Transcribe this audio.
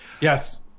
Yes